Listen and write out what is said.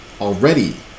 Already